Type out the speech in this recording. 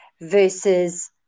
versus